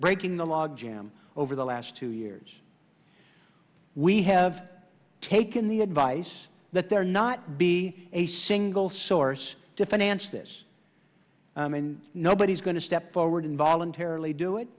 breaking the log jam over the last two years we have taken the advice that there not be a single source to finance this and nobody's going to step forward and voluntarily do it